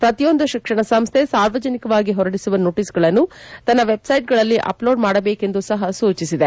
ಪ್ರತಿಯೊಂದು ಶಿಕ್ಷಣ ಸಂಸ್ಥೆ ಸಾರ್ವಜನಿಕವಾಗಿ ಹೊರಡಿಸುವ ನೋಟಿಸ್ ಗಳನ್ನು ತನ್ನ ವೆಬ್ ಸೈಟ್ ಗಳಲ್ಲಿ ಅಪ್ ಲೋಡ್ ಮಾಡಬೇಕು ಎಂದು ಸಹ ಸೂಜಿಸಿದೆ